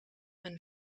een